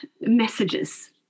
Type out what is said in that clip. messages